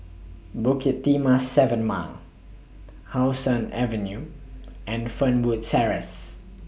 Bukit Timah seven Mile How Sun Avenue and Fernwood Terrace